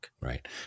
Right